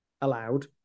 allowed